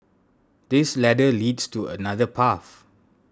this ladder leads to another path